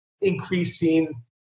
increasing